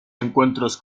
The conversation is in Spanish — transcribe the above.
encuentros